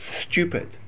stupid